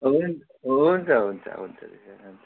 हुन्छ हुन्छ हुन्छ हुन्छ